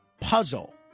puzzle